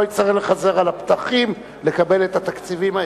יצטרך לחזר על הפתחים לקבל את התקציבים האלה.